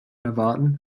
erwarten